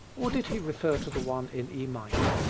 or did he refer to the one in e minor?